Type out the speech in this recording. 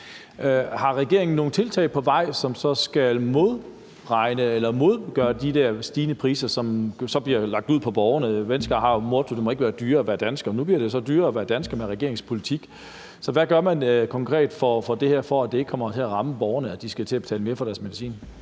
Har regeringen nogen tiltag på vej, som så skal modvirke de der stigende priser, som så bliver lagt ud på borgerne? Venstre har jo et motto om, at det ikke må være dyrere at være dansker, men nu bliver det så dyrere at være dansker med regeringens politik. Så hvad gør man konkret for, at det her ikke kommer til at ramme borgerne, at de skal til at betale mere for deres medicin?